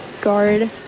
guard